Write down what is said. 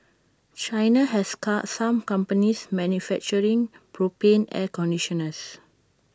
China has car some companies manufacturing propane air conditioners